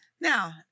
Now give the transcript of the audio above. Now